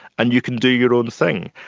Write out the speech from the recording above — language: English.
and you can do your own thing.